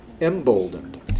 emboldened